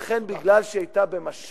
לכן, בגלל שהיא היתה במשט